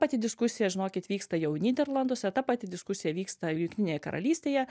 pati diskusija žinokit vyksta jau nyderlanduose ta pati diskusija vyksta jungtinėje karalystėje